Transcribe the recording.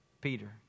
Peter